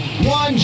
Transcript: One